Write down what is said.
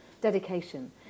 dedication